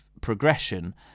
progression